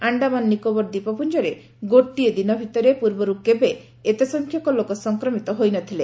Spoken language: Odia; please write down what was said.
ଆକ୍ଷାମାନ ନିକୋବର ଦ୍ୱୀପପୁଞ୍ଜରେ ଗୋଟିଏ ଦିନ ଭିତରେ ପୂର୍ବରୁ କେବେ ଏତେସଂଖ୍ୟକ ଲୋକ ସଂକ୍ରମିତ ହୋଇନଥିଲେ